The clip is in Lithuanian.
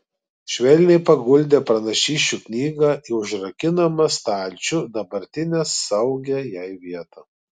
švelniai paguldė pranašysčių knygą į užrakinamą stalčių dabartinę saugią jai vietą